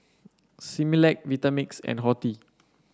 Similac Vitamix and Horti